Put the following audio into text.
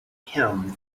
him